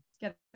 get